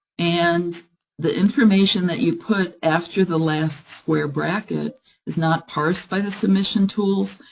and the information that you put after the last square bracket is not parsed by the submission tools,